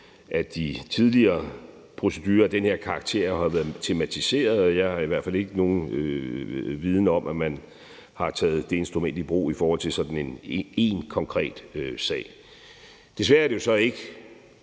at de tidligere procedurer af den her karakter har været tematiseret, og jeg har i hvert fald ikke nogen viden om, at man har taget det instrument i brug i forhold til én konkret sag. Desværre er det jo så ikke